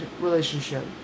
relationship